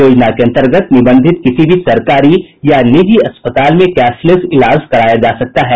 योजना के अन्तर्गत निबंधित किसी भी सरकारी या निजी अस्पताल में कैशलेश इलाज कराया जा सकता है